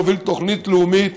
להוביל תוכנית לאומית,